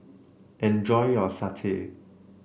enjoy your satay